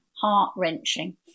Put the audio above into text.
heart-wrenching